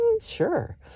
sure